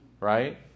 Right